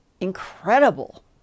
incredible